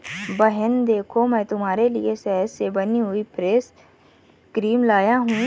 बहन देखो मैं तुम्हारे लिए शहद से बनी हुई फेस क्रीम लाया हूं